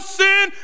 sin